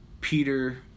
Peter